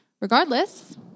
regardless